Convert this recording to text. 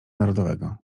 narodowego